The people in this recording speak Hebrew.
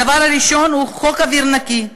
הדבר הראשון הוא חוק אוויר נקי.